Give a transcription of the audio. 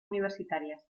universitarias